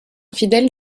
fidèle